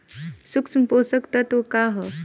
सूक्ष्म पोषक तत्व का ह?